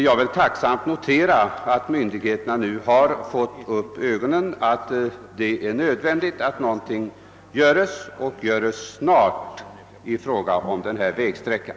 Jag noterar tacksamt att myndigheterna nu fått upp ögonen för att det är nödvändigt att någonting görs och görs snart då det gäller denna vägsträcka.